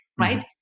right